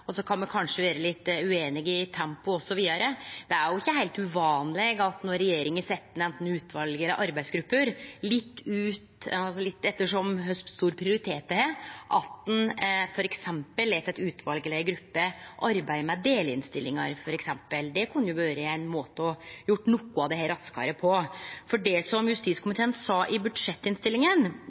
og så kan me kanskje vere litt ueinige i tempo osv. Det er ikkje heilt uvanleg, når regjeringa set ned anten utval eller arbeidsgrupper litt ettersom kva prioritet det har, at ein f.eks. lèt ei gruppe eller eit utval arbeide med delinnstillingar. Det kunne vere ein måte å gjere noko av dette raskare på. Det justiskomiteen skreiv i budsjettinnstillinga,